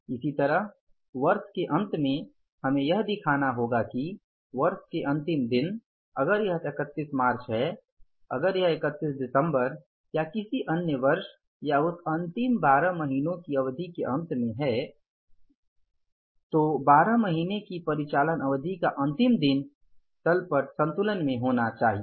इसी तरह वर्ष के अंत में हमें यह दिखाना होगा कि वर्ष के अंतिम दिन अगर यह 31 मार्च है अगर यह 31 दिसंबर या किसी अन्य वर्ष या उस अंतिम 12 महीनों की अवधि के अंत में है या 12 महीने की परिचालन अवधि का अंतिम दिन तल पट संतुलन में होना चाहिए